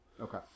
Okay